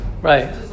Right